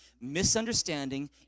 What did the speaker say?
misunderstanding